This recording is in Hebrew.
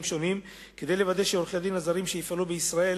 שונים כדי לוודא שעורכי-הדין הזרים שיפעלו בישראל